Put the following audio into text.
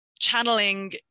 channeling